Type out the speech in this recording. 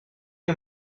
you